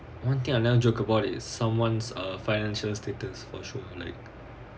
one thing I don't joke about is someone's or financial status for sure like